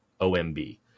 OMB